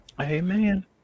Amen